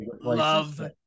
love